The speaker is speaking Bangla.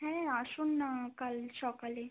হ্যাঁ আসুন না কাল সকালে